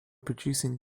producing